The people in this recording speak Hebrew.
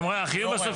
היא אמרה, החיוב הסופי.